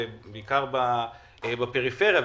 בעיקר בפריפריה,